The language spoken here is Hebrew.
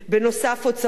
הוצאות דיור,